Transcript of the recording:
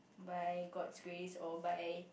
by god's grace or by